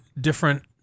different